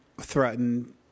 threatened